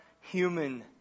human